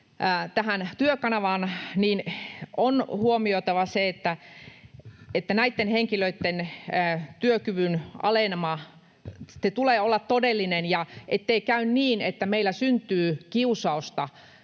Työkanavaan, huomioida se, että näiden henkilöiden työkyvyn aleneman tulee olla todellinen, ettei käy niin, että meillä syntyy kiusausta